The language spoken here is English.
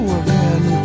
again